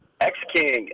X-King